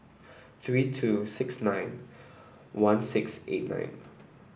three two six nine one six eight nine